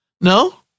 No